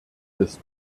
des